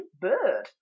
bird